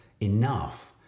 enough